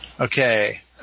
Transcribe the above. Okay